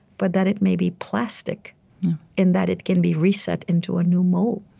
but that it may be plastic in that it can be reset into a new mold